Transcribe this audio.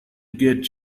get